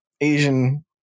asian